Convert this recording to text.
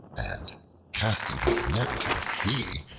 and casting his net into the sea,